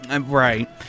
Right